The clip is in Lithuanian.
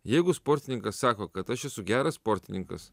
jeigu sportininkas sako kad aš esu geras sportininkas